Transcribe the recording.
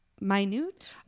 minute